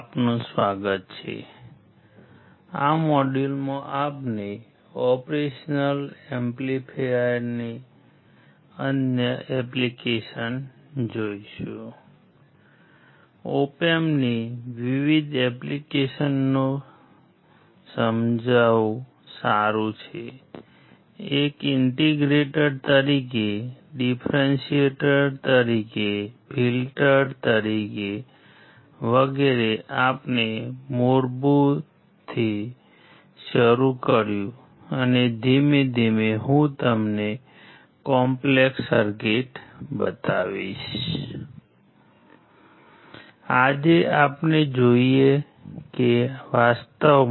આપણે આજે જોઈશું કે આપણે વાસ્તવમાં